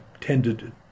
tended